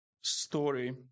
story